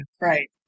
Right